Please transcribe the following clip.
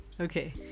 Okay